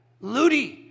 Ludi